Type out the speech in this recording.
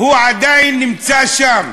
הוא עדיין נמצא שם,